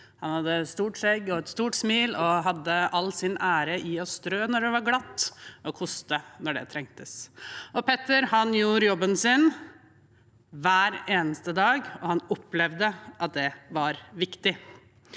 Han hadde stort skjegg og et stort smil og la all sin ære i å strø når det var glatt og koste når det trengtes. Petter gjorde jobben sin hver eneste dag, og han opplevde at det var viktig.